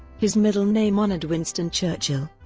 his middle name honored winston churchill.